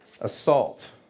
assault